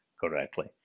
correctly